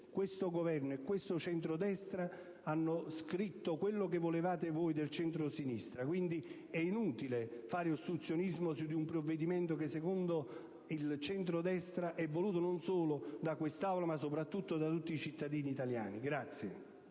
il Governo e il centrodestra hanno scritto quello che volevate voi del centrosinistra. È pertanto inutile fare ostruzionismo su un provvedimento che, secondo il centrodestra, è voluto non solo da quest'Aula ma soprattutto da tutti i cittadini italiani.